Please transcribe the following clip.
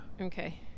Okay